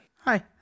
Hi